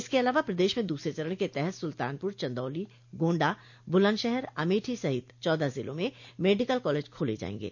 इसके अलावा प्रदेश में दूसरे चरण के तहत सुल्तानपुर चन्दौली गोण्डा बुलन्दशहर अमेठी सहित चौदह जिलों में मेडिकल कॉलेज खोले जायेंगे